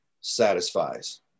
satisfies